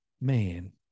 man